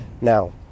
Now